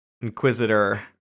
Inquisitor